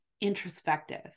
introspective